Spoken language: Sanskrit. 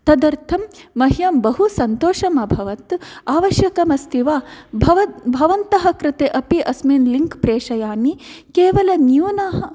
तदर्थं मह्यं बहु सन्तोषम् अभवत् आवश्यकम् अस्ति वा भवत् भवन्तः कृते अपि अस्मिन् लिङ्क् प्रेषयामि केवलं न्यूनः